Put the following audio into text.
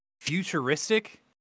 futuristic